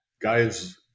guys